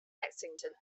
lexington